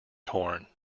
torn